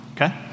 okay